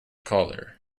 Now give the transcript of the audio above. collar